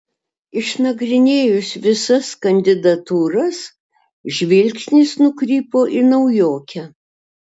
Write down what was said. išnagrinėjus visas kandidatūras žvilgsnis nukrypo į naujokę